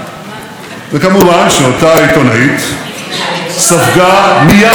וכמובן שאותה עיתונאית ספגה מייד ביקורת